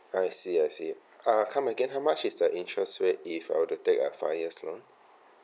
I see I see err come again how much is the interest rate if I were to take a five years loan